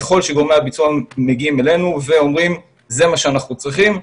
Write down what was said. ככל שגורמי הביצוע מגיעים אלינו ואומרים: זה מה שאנחנו צריכים,